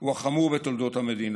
הוא החמור בתולדות המדינה,